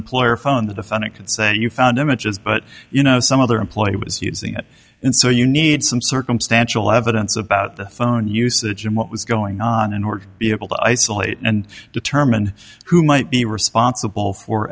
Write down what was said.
could say you found images but you know some other employee was using it and so you need some circumstantial evidence about the phone usage and what was going on in order to be able to isolate and determine who might be responsible for